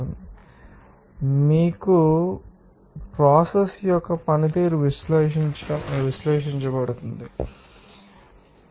మీకు తెలుసు సహాయం చేయండి మరియు ప్రోసెస్ యొక్క పనితీరు విశ్లేషించబడుతుందని మీరు చూడవచ్చు